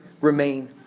remain